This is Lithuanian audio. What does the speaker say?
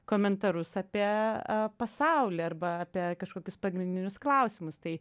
komentarus apie pasaulį arba apie kažkokius pagrindinius klausimus tai